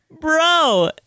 Bro